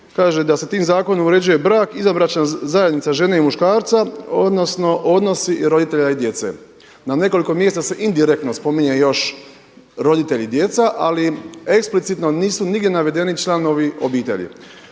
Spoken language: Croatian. kaže da se tim zakonom uređuje brak, izvanbračna zajednica žene i muškarca odnosno odnosi roditelja i djece. Na nekoliko mjesta se indirektno spominje još roditelji i djeca, ali eksplicitno nisu nigdje navedeni članovi obitelji.